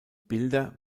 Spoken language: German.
bilder